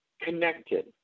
connected